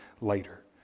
later